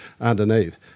underneath